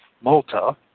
Malta